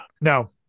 No